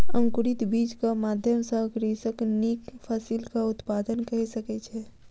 अंकुरित बीजक माध्यम सॅ कृषक नीक फसिलक उत्पादन कय सकै छै